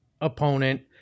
opponent